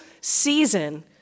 season